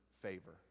favor